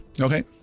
Okay